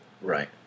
right